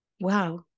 Wow